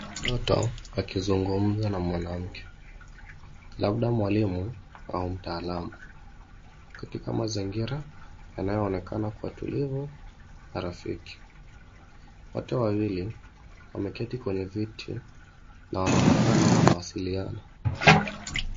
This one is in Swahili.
Mtoto akizungumza na mwanamke labda mwalimu au mtaalamu katika mazingira yanayoonekana kuwa tulivu na rafiki. Wote wawili wameketi kwenye viti na wanaonekana wanawasiliana.